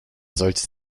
sollte